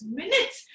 minutes